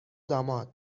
داماد